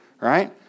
right